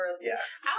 Yes